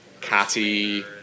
catty